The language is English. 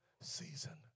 season